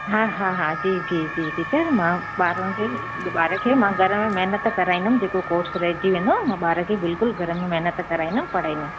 हा हा हा जी जी जी टीचर मां ॿारनि खे ॿार खे मां घर में महिनत कराईंदमि जेको कोर्स रहिजी वेंदो मां ॿार खे बिल्कुलु घर में महिनत कराईंदमि पढ़ाईंदमि